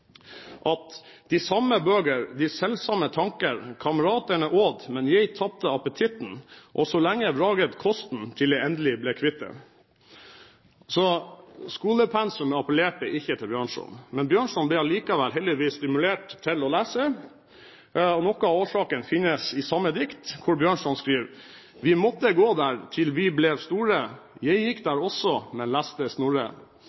bøger, de selv-samme tanker kamraterne åd; men jeg tabte apetitten og så længe vraged kosten, til jeg endelig blev kvit den -» Så skolepensumet appellerte ikke til Bjørnson. Men Bjørnson ble allikevel heldigvis stimulert til å lese. Noe av årsaken finnes i samme dikt, der Bjørnson skriver: «vi måtte gå der, til vi blev store. Jeg gik der også, - men læste Snorre.»